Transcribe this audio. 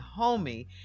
homie